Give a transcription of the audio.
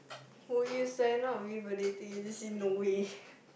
would you sign up with a dating agency no way